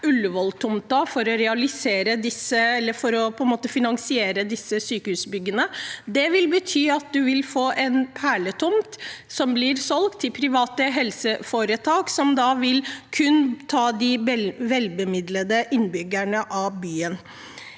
Ullevål-tomten for å finansiere disse sykehusbyggene. Det betyr at man vil få en perletomt som vil bli solgt til private helseforetak, som da kun vil ta imot de velbemidlede innbyggerne i byen.